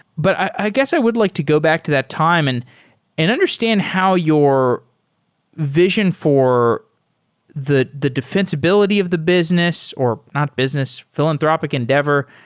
but i guess i would like to go back to that time and and understand how your vision for the the defensibil ity of the business, or not business, philanthropic endeavor,